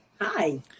Hi